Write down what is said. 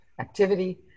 activity